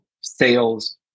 sales